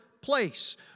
place